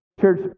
Church